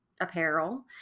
apparel